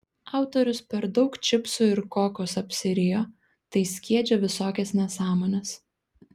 autorius per daug čipsų ir kokos apsirijo tai skiedžia visokias nesąmones